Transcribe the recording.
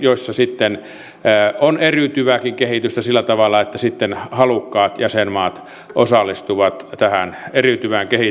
joissa on eriytyvääkin kehitystä sillä tavalla että halukkaat jäsenmaat osallistuvat tähän eriytyvään